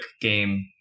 game